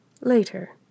Later